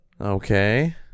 okay